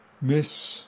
miss